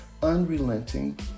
Unrelenting